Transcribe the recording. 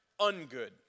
ungood